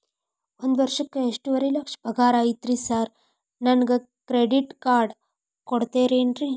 ಒಂದ್ ವರ್ಷಕ್ಕ ಎರಡುವರಿ ಲಕ್ಷ ಪಗಾರ ಐತ್ರಿ ಸಾರ್ ನನ್ಗ ಕ್ರೆಡಿಟ್ ಕಾರ್ಡ್ ಕೊಡ್ತೇರೆನ್ರಿ?